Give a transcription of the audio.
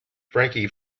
frankie